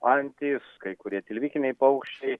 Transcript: antys kai kurie tilvikiniai paukščiai